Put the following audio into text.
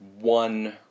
one